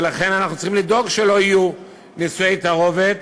ולכן אנחנו צריכים לדאוג שלא יהיו נישואי תערובת,